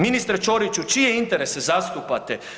Ministre Ćoriću čije interese zastupate?